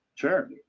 Sure